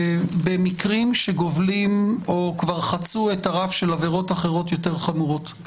במקרים שגובלים או כבר חצו את הרף של עבירות אחרות חמורות יותר.